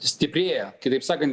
stiprėja kitaip sakant